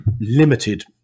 limited